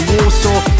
Warsaw